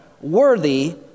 worthy